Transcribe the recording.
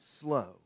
slow